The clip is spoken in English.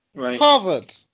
Harvard